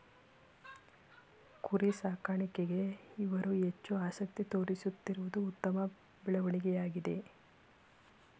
ಕುರಿ ಸಾಕಾಣಿಕೆಗೆ ಇವರು ಹೆಚ್ಚು ಆಸಕ್ತಿ ತೋರಿಸುತ್ತಿರುವುದು ಉತ್ತಮ ಬೆಳವಣಿಗೆಯಾಗಿದೆ